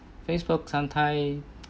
Facebook sometime